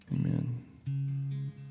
Amen